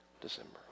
December